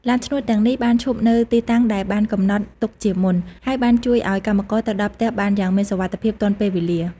ឡានឈ្នួលទាំងនេះបានឈប់នៅទីតាំងដែលបានកំណត់ទុកជាមុន ហើយបានជួយឱ្យកម្មករទៅដល់ផ្ទះបានយ៉ាងមានសុវត្ថិភាពទាន់ពេលវេលា។